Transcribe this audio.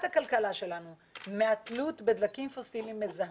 הכלכלה שלנו מהתלות בדלקים פיסילים מזהמים.